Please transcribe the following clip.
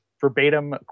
verbatim